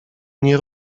nie